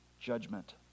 judgment